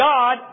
God